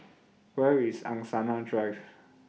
Where IS Angsana Drive